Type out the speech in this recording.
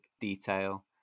detail